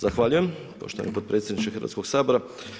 Zahvaljujem poštovani potpredsjedniče Hrvatskog sabora.